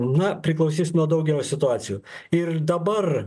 na priklausys nuo daugelio situacijų ir dabar